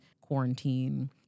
quarantine